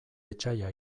etsaia